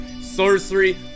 sorcery